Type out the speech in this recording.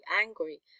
angry